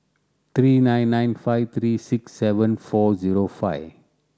three nine nine five three six seven four zero five